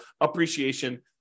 appreciation